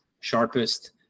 sharpest